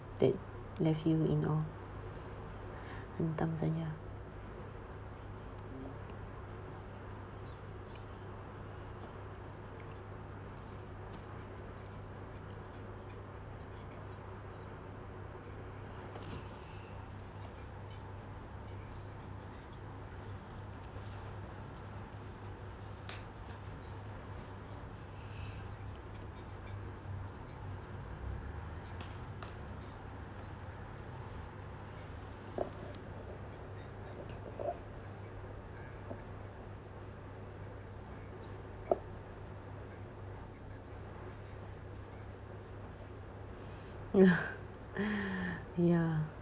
that left you in awe hentam saja ya